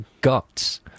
guts